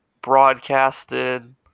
broadcasted